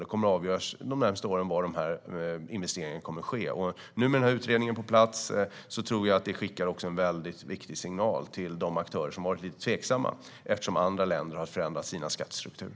Det kommer under de närmaste åren att avgöras var dessa investeringar kommer att ske. Att utredningen nu är på plats tror jag skickar en väldigt viktig signal till de aktörer som har varit lite tveksamma, eftersom andra länder har förändrat sin skattestruktur.